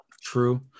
True